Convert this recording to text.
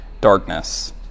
darkness